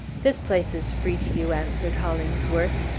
this place is free to you, answered hollingsworth.